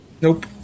Nope